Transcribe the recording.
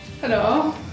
Hello